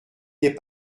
n’est